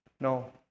No